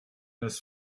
das